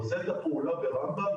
עושה את הפעולה ברמב"ם,